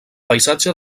paisatge